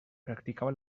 practicava